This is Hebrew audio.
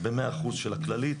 ב-100% של הכללית.